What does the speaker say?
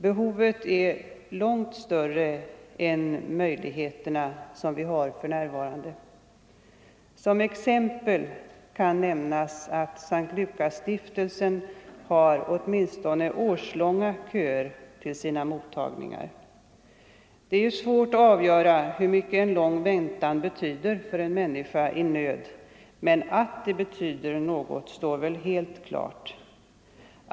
Behovet är långt större än de möjligheter vi har för närvarande. Som exempel kan nämnas att S:t Lukasstiftelsen har åtminstone årslånga köer till sina mottagningar. Det är svårt att avgöra hur mycket en lång väntan betyder för en människa i nöd, men att det betyder något står väl helt klart.